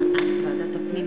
החלטת ועדת הפנים